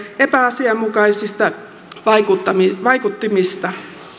epäasianmukaisista vaikuttimista